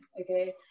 okay